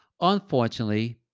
unfortunately